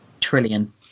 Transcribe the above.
trillion